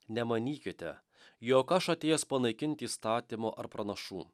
nemanykite jog aš atėjęs panaikinti įstatymo ar pranašų